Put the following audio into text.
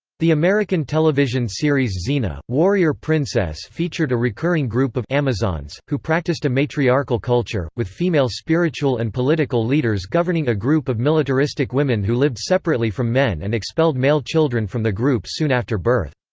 the american television series xena warrior princess featured a recurring group of amazons, who practiced a matriarchal culture, with female spiritual and political leaders governing a group of militaristic women who lived separately from men and expelled male children from the group soon after birth.